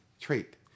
trait